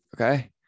Okay